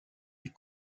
est